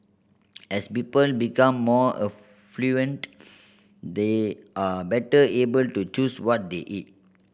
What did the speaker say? as people become more affluent they are better able to choose what they eat